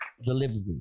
Delivery